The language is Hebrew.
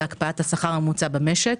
להקפאת השכר הממוצע במשק.